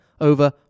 over